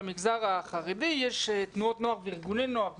במגזר החרדי יש תנועות נוער וארגוני נוער,